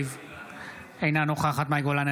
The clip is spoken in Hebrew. אינה נוכחת מאי גולן,